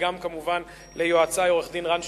וכמובן גם ליועצי עורך-דין רן שטרית,